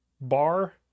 bar